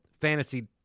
fantasy